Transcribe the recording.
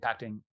impacting